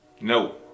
No